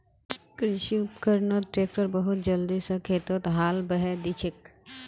कृषि उपकरणत ट्रैक्टर बहुत जल्दी स खेतत हाल बहें दिछेक